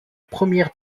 première